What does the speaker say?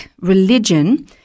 religion